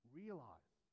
realize